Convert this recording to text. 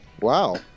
wow